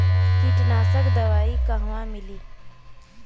कीटनाशक दवाई कहवा मिली?